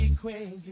crazy